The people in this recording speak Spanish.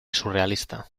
surrealista